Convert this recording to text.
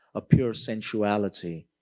a pure sensuality,